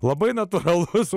labai natūralus